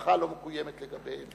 ההבטחה לא מקוימת לגביהם.